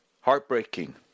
Heartbreaking